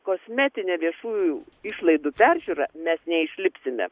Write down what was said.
kosmetinę viešųjų išlaidų peržiūrą mes neišlipsime